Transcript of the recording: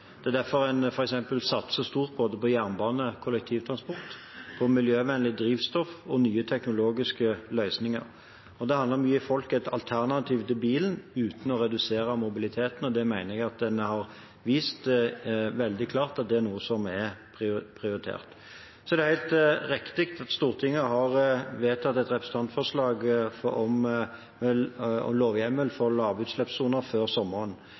Det er derfor en f.eks. satser stort på jernbane og kollektivtransport, på miljøvennlig drivstoff og nye teknologiske løsninger. Det handler om å gi folk et alternativ til bilen uten å redusere mobiliteten, og jeg mener at en har vist veldig klart at det er noe som er prioritert. Det er helt riktig at Stortinget har vedtatt et representantforslag om lovhjemmel for lavutslippssoner før sommeren.